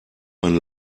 man